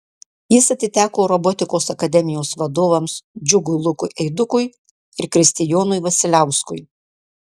jis atiteko robotikos akademijos vadovams džiugui lukui eidukui ir kristijonui vasiliauskui